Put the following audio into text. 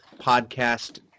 podcast